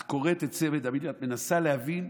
את קוראת את זה, את מנסה להבין,